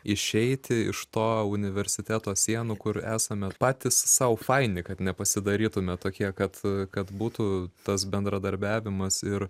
išeiti iš to universiteto sienų kur esame patys sau faini kad nepasidarytume tokie kad kad būtų tas bendradarbiavimas ir